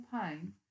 pain